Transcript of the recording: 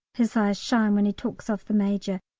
his eyes shine when he talks of the major,